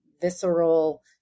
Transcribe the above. visceral